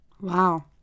Wow